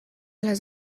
les